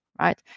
right